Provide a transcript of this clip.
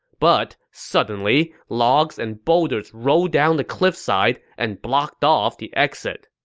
but suddenly, logs and boulders rolled down the cliff side and blocked off the exit.